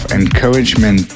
encouragement